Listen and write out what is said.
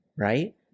right